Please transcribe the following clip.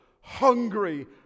hungry